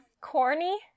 Corny